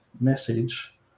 message